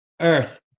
Earth